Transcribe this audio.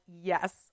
yes